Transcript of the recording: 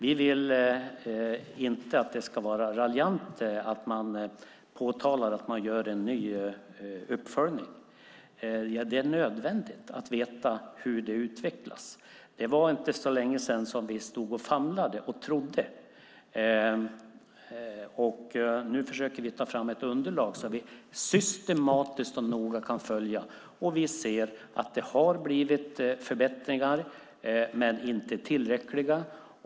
Vi vill inte att man raljerar över att det görs en ny uppföljning. Det är nödvändigt att veta hur det utvecklas. Det var inte så länge sedan som vi stod och famlade. Nu försöker vi ta fram ett underlag så att vi systematiskt och noga kan följa utvecklingen. Vi ser att det har blivit förbättringar, men de är inte tillräckliga.